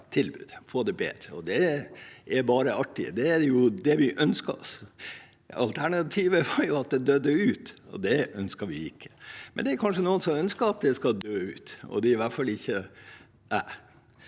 tilbudet, få det bedre. Det er bare artig, det er det vi ønsker oss. Alternativet er at det dør ut, og det ønsker vi ikke. Det er kanskje noen som ønsker at det skal dø ut, men det gjør i hvert fall ikke jeg.